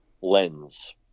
lens